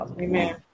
Amen